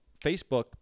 Facebook